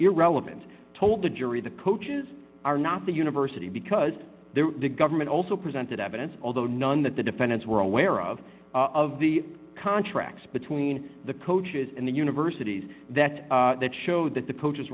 irrelevant told the jury the coaches are not the university because the government also presented evidence although none that the defendants were aware of of the contracts between the coaches and the universities that that showed that the coaches